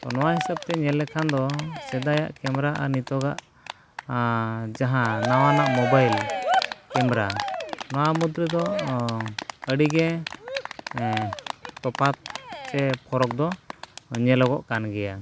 ᱛᱳ ᱱᱚᱣᱟ ᱦᱤᱥᱟᱹᱵ ᱛᱮ ᱧᱮᱞ ᱞᱮᱠᱷᱟᱡ ᱫᱚ ᱥᱮᱫᱟᱭᱟᱜ ᱠᱮᱢᱮᱨᱟ ᱟᱨ ᱱᱤᱛᱚᱜᱟᱜ ᱡᱟᱦᱟᱸ ᱱᱟᱣᱟᱱᱟᱜ ᱢᱳᱵᱟᱭᱤᱞ ᱠᱮᱢᱨᱟ ᱱᱚᱣᱟ ᱢᱩᱫᱽ ᱨᱮᱫᱚ ᱟᱹᱰᱤ ᱜᱮ ᱛᱚᱯᱷᱟᱛ ᱪᱮ ᱯᱷᱟᱨᱟᱠ ᱫᱚ ᱧᱮᱞᱚᱜᱚᱜ ᱠᱟᱱ ᱜᱮᱭᱟ